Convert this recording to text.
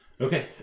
okay